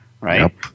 right